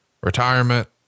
retirement